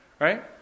right